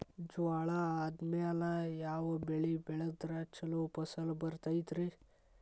ಜ್ವಾಳಾ ಆದ್ಮೇಲ ಯಾವ ಬೆಳೆ ಬೆಳೆದ್ರ ಛಲೋ ಫಸಲ್ ಬರತೈತ್ರಿ?